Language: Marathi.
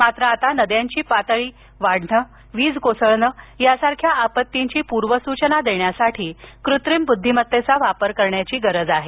मात्र आता नद्यांची पाणी पातळी वाढण वीज कोसळण यासारख्या आपत्तींची पूर्वसूचना देण्यासाठी कृत्रिम बुद्धिमत्तेचा वापर करण्याची गरज आहे